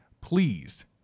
please